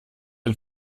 ein